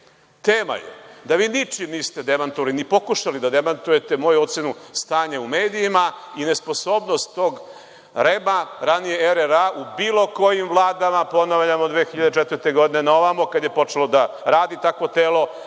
Tema je da vi ničim niste demantovali ni pokušali da demantujete moju ocenu stanja u medijima i nesposobnost tog REM-a, ranije RRA, u bilo kojim vladama, ponavljam, od 2004. godine na ovamo, kad je počelo da radi takvo telo,